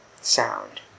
sound